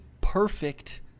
perfect